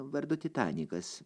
vardu titanikas